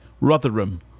Rotherham